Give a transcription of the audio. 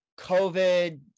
COVID